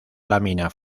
lámina